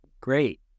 Great